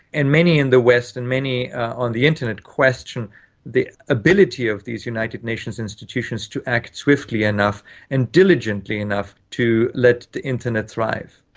and many in the west and many on the internet question the ability of these united nations institutions to act swiftly enough and diligently enough to let the internet thrive.